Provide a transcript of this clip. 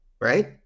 Right